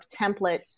templates